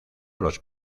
los